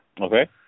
Okay